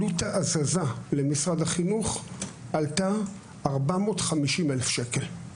עלות ההזזה למשרד החינוך עלתה 450 אלף ש"ח.